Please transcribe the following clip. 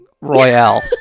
Royale